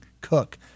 cook